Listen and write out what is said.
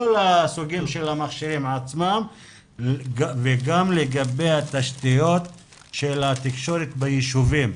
כל הסוגים של המכשירים עצמם וגם לגבי התשתיות של התקשורת בישובים.